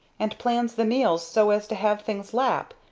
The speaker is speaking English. and plans the meals so as to have things lap,